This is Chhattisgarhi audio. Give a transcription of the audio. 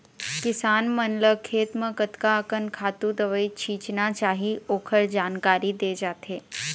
किसान मन ल खेत म कतका अकन खातू, दवई छिचना चाही ओखर जानकारी दे जाथे